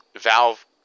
Valve